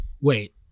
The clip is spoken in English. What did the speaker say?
wait